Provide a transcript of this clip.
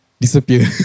disappear